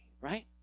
right